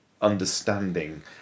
understanding